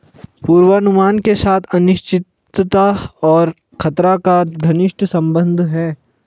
पूर्वानुमान के साथ अनिश्चितता और खतरा का घनिष्ट संबंध है